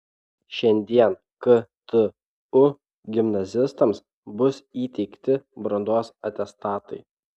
šiandien ktu gimnazistams bus įteikti brandos atestatai